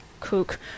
cook